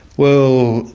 well,